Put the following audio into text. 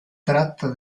tratta